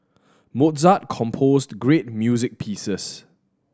Mozart composed great music pieces